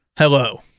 Hello